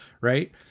right